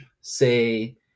say